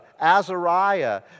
Azariah